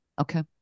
Okay